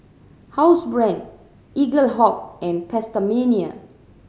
Housebrand Eaglehawk and PastaMania